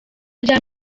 rya